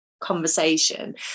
conversation